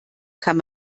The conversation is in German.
kann